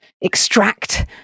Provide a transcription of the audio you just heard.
extract